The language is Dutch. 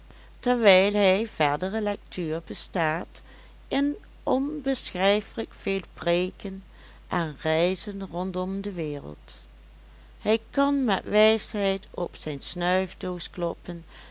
terwijl hun verdere lectuur bestaat in onbeschrijfelijk veel preken en reizen rondom de wereld hij kan met wijsheid op zijn snuifdoos kloppen